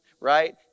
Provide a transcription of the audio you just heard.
right